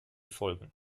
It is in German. folgen